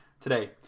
Today